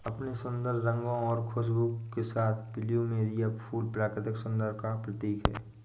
अपने सुंदर रंगों और खुशबू के साथ प्लूमेरिअ फूल प्राकृतिक सुंदरता का प्रतीक है